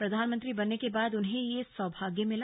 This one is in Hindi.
प्रधानमंत्री बनने के बाद उन्हें ये सौभाग्य मिला